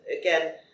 again